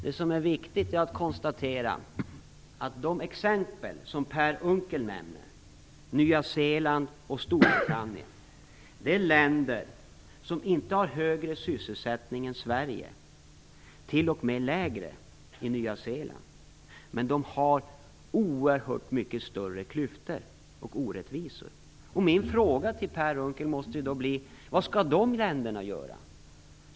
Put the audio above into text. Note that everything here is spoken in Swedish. Det som är viktigt att konstatera är att de exempel som Per Unckel nämnde, Nya Zeeland och Storbritannien, är länder som inte har högre sysselsättning än Sverige - i Nya Zeeland är den t.o.m. lägre - men de har oerhört mycket större klyftor och orättvisor. Min fråga till Per Unckel måste bli: Vad skall de länderna göra?